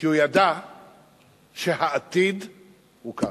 כי הוא ידע שהעתיד הוא כאן.